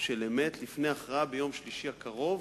של אמת לפני הכרעה ביום שלישי הקרוב,